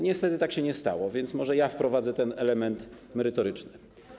Niestety tak się nie stało, więc może ja wprowadzę ten element merytoryczny.